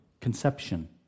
Conception